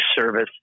service